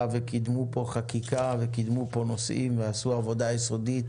וקידמו פה חקיקה וקידמו פה נושאים ועשו עבודה יסודית